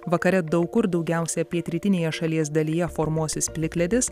vakare daug kur daugiausia pietrytinėje šalies dalyje formuosis plikledis